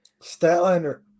Statlander